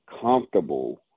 comfortable